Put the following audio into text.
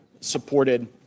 supported